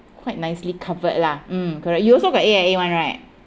quite nicely covered lah mm correct you also got A_I_A one right